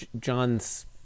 John's